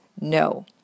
no